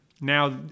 now